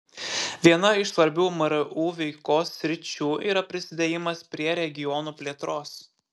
viena iš svarbių mru veikos sričių yra prisidėjimas prie regionų plėtros